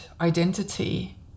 identity